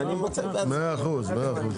--- מאה אחוז, מאה אחוז.